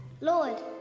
Lord